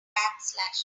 backslashes